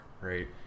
right